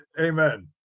amen